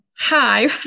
hi